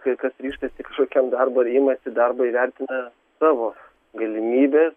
kai kas ryžtasi kažkokiam darbui ar imasi darbo įvertina savo galimybes